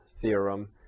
theorem